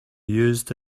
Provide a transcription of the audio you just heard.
used